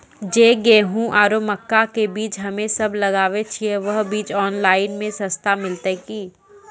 जे गेहूँ आरु मक्का के बीज हमे सब लगावे छिये वहा बीज ऑनलाइन मे सस्ता मिलते की?